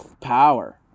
power